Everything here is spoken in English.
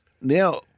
Now